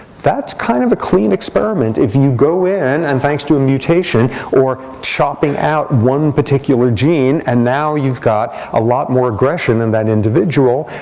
that's kind of a clean experiment. if you go in and thanks to a mutation, or chopping out one particular gene, and now you've got a lot more aggression in that individual.